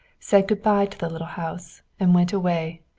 said good-by to the little house, and went away,